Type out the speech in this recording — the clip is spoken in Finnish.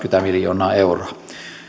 miljoonaa euroa